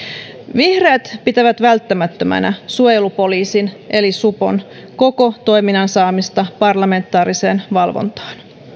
vihreät pitävät välttämättömänä suojelupoliisin eli supon koko toiminnan saamista parlamentaariseen valvontaan